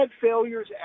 failures